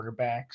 quarterbacks